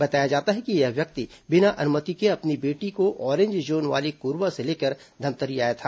बताया जाता है कि यह व्यक्ति बिना अनुमति के अपनी बेटी को ऑरेंज जोन वाले कोरबा से लेकर धमतरी आया था